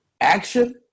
Action